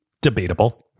Debatable